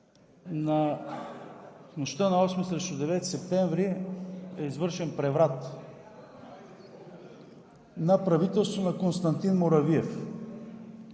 В нощта на 8-и срещу 9-и септември е извършен преврат на правителството на Константин Муравиев.